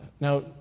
Now